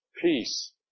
peace